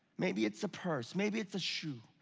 maybe it's a purse, maybe it's a shoe.